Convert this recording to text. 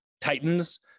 titans